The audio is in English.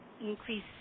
increase